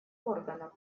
органов